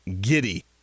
giddy